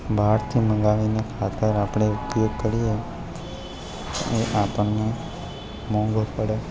બહારથી મંગાવેલું ખાતર આપણે ઉપયોગ કરીએ ખાતર આપણને મોંઘું પડે